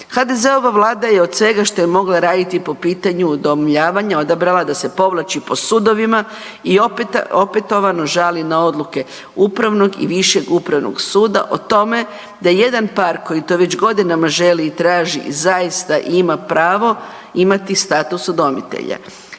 HDZ-ova Vlada je od svega što je mogla raditi po pitanju udomljavanja odabrala da se povlači po sudovima i opetovana žali na odluke Upravnog i Višeg upravnog suda o tome da jedan par koji to već godinama želi, i traži i zaista ima pravo imati status udomitelja.